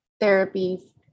therapy